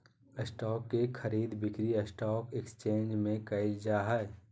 stock के खरीद बिक्री स्टॉक एकसचेंज में क़इल जा हइ